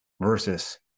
versus